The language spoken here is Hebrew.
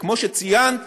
וכמו שציינת,